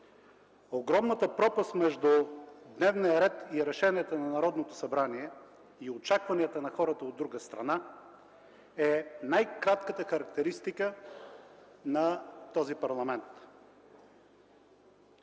огромната пропаст между дневния ред и решенията на Народното събрание и очакванията на хората, от друга страна, е най-кратката характеристика на този парламент.